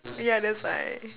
yeah that's why